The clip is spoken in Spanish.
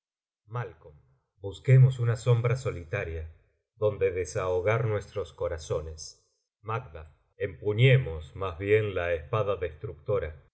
malc busquemos una sombra solitaria donde desahogar nuestros corazones macd empuñemos más bien la espada destructora